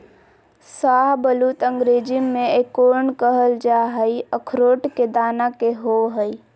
शाहबलूत अंग्रेजी में एकोर्न कहल जा हई, अखरोट के दाना के होव हई